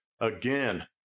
Again